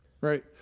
Right